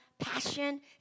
passion